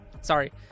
Sorry